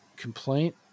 complaint